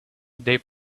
they